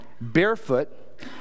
barefoot